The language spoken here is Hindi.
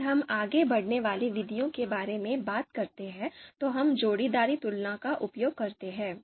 अगर हम आगे बढ़ने वाली विधियों के बारे में बात करते हैं तो हम जोड़ीदार तुलना का उपयोग करते हैं